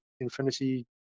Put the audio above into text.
Infinity